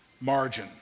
margin